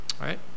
right